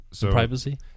privacy